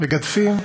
מגדפים ומקללים,